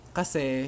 kasi